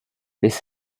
this